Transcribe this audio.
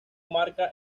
marca